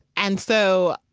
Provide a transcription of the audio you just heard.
and so,